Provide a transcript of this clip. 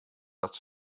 dat